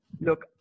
look